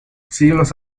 siglos